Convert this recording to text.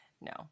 No